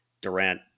Durant